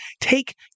take